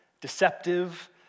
deceptive